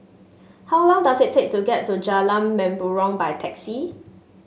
how long does it take to get to Jalan Mempurong by taxi